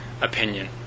opinion